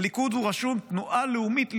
הליכוד, הוא רשום "תנועה לאומית ליברלית"